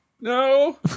No